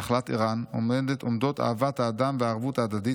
נחלת ערן עומדות אהבת האדם והערבות ההדדית,